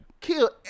kill